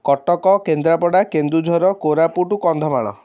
Cuttack Kendrapara Keonjhar Koraput Kandhamal